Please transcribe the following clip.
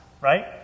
right